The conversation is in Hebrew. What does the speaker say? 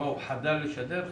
הוא חדל לשדר?